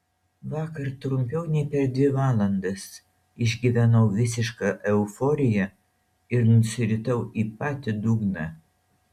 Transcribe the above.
vakar trumpiau nei per dvi valandas išgyvenau visišką euforiją ir nusiritau į patį dugną